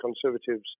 Conservatives